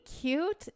cute